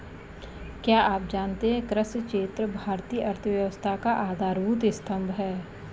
क्या आप जानते है कृषि क्षेत्र भारतीय अर्थव्यवस्था का आधारभूत स्तंभ है?